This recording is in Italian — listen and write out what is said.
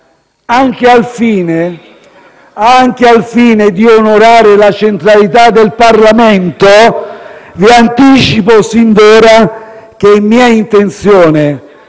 Anche al fine di onorare la centralità del Parlamento, vi anticipo sin d'ora che è mia intenzione